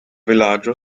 vilaĝo